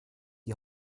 die